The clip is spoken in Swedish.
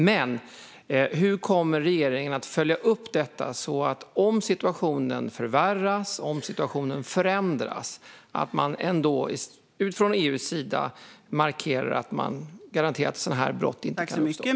Men hur kommer regeringen att följa upp detta så att EU om situationen förändras eller förvärras kan garantera att sådana här brott inte kan uppstå?